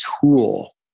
tool